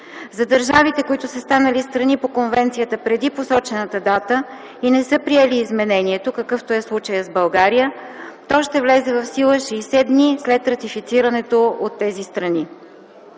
За държавите, които са станали страни по Конвенцията преди посочената дата и не са приели изменението, какъвто е случаят с България, то ще влезе в сила 60 дни след ратифицирането от тези страни.